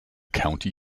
county